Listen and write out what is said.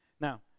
Now